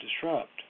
disrupt